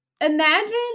imagine